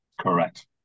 Correct